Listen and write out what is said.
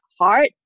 heart